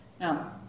Now